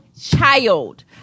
child